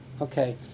Okay